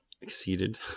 exceeded